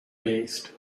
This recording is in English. based